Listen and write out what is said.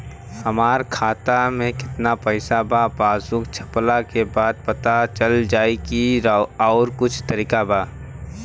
हमरा खाता में केतना पइसा बा पासबुक छपला के बाद पता चल जाई कि आउर कुछ तरिका बा?